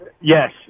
Yes